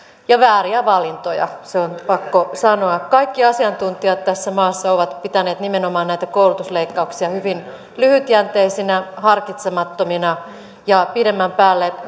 ja vääriä valintoja se on pakko sanoa kaikki asiantuntijat tässä maassa ovat pitäneet nimenomaan näitä koulutusleikkauksia hyvin lyhytjänteisinä harkitsemattomina ja pidemmän päälle